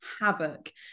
havoc